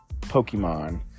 Pokemon